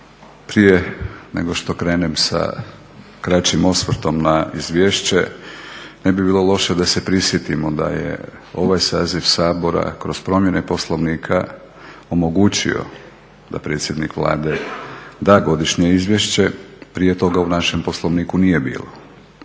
Prije nego što krenem sa kraćim osvrtom na izvješće ne bi bilo loše da se prisjetimo da je ovaj saziv Sabora kroz promjene Poslovnika omogućio da predsjednik Vlade da godišnje izvješće, prije toga u našem Poslovniku nije bilo.